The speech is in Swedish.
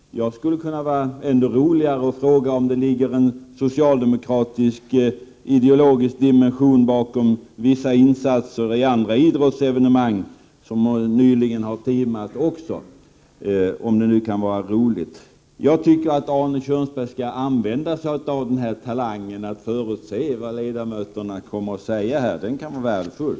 Jag skulle kunna gå vidare och fråga om det ligger en socialdemokratisk ideologisk dimension också bakom vissa insatser i andra idrottsevenemang som nyligen har timat. Jag tycker att Arne Kjörnsberg skall använda sig av talangen att förutse vad ledamöterna kommer att säga — den kan vara värdefull.